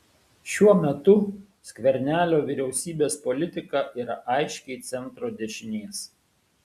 šiuo metu skvernelio vyriausybės politika yra aiškiai centro dešinės